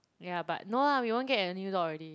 yeah but no lah we won't get a new dog already